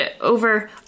over